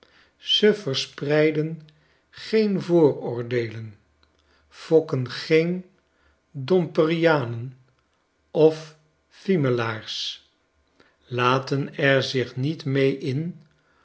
ze verspreiden geen vooroordeelen fokken geen domperianen of fiemelaars laten er zich niet mee in